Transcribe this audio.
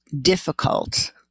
difficult